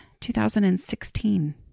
2016